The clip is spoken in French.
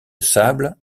sable